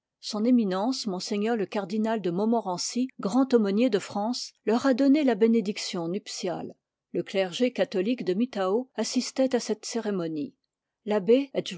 s em m le cardinal de montmorency grand-aumônier de france leur a donné la bénédiction nuptiale le clergé catholique de mittau assistoit à cette cérémonie